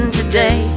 today